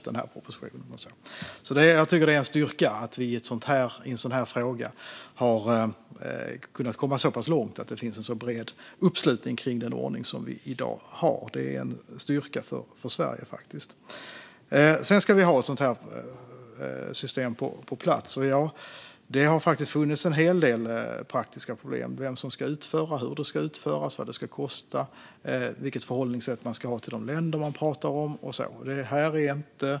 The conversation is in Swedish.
Det är en styrka för Sverige att vi i en sådan här fråga har kommit så långt och har en bred uppslutning kring den ordning vi i dag har. Vi ska få ett sådant här system på plats, men det har funnits en del praktiska problem kring vem som ska utföra det, hur det ska utföras, vad det ska kosta, vilket förhållningssätt man ska ha till de länder man pratar om med mera.